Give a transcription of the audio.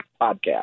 Podcast